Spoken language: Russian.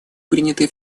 принятой